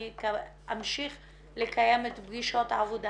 אני אמשיך לקיים את פגישות העבודה